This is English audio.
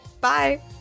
bye